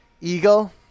Eagle